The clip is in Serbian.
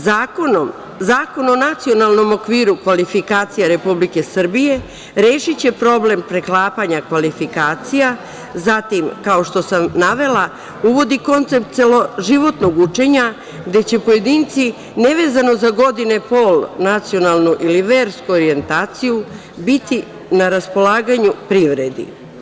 Zakon o nacionalnom okviru kvalifikacija Republike Srbije rešiće problem preklapanja kvalifikacija, zatim, kao što sam navela, uvodi koncept celoživotnog učenja gde će pojedinci nevezano za godine, pol, nacionalnu ili versku orijentaciju biti na raspolaganju privredi.